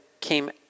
came